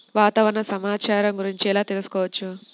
వాతావరణ సమాచారము గురించి ఎలా తెలుకుసుకోవచ్చు?